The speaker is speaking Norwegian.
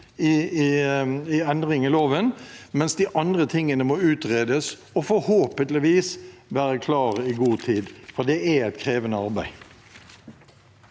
en endring i loven, mens de andre tingene må utredes og forhåpentligvis være klar i god tid, for det er et krevende arbeid.